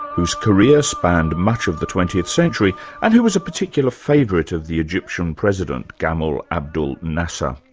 whose career spanned much of the twentieth century and he was a particular favourite of the egyptian president, gamal abdul nasser.